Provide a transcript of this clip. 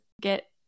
get